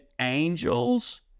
angels